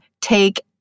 take